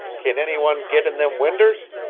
can any one git in them winders?